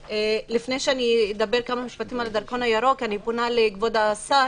לפני שאדבר בכמה משפטים על הדרכון הירוק אני פונה לכבוד השר